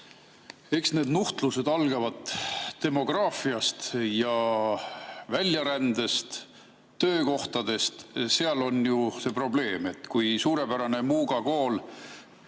Eks need nuhtlused algavad demograafiast, väljarändest, töökohtadest. Seal on ju see probleem. Suurepärane Muuga